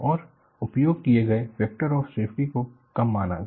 और उपयोग किए गए फैक्टर ऑफ सेफ्टी को कम माना गया